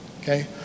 okay